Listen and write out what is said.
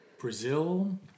Brazil